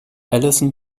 allison